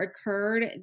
occurred